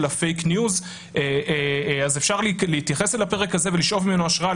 ה"פייק ניוז" אז אפשר להתייחס לפרק הזה ולשאוב ממנו השראה,